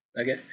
Okay